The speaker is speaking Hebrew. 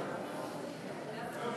יש לך